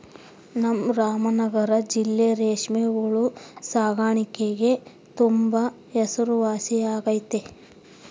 ನಮ್ ರಾಮನಗರ ಜಿಲ್ಲೆ ರೇಷ್ಮೆ ಹುಳು ಸಾಕಾಣಿಕ್ಗೆ ತುಂಬಾ ಹೆಸರುವಾಸಿಯಾಗೆತೆ